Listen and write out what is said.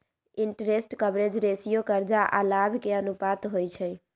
interest coverage ratio करजा आऽ लाभ के अनुपात होइ छइ